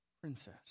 princess